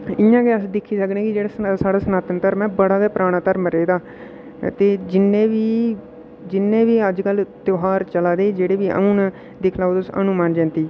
इ'यां गै अस दिक्खी सकने कि जेह्ड़ा साढ़ा सनातन धर्म ऐ बड़ा गै पराना धर्म रेह् दा ते जिन्नें बी जिन्नें बी अजकल धद्यार चाला दे जेह्ड़े बी हून दिक्खी लैओ हनुमान जयंती